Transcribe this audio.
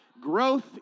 Growth